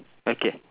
okay